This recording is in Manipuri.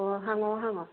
ꯑꯣ ꯍꯥꯡꯉꯛꯑꯣ ꯍꯥꯡꯉꯛꯑꯣ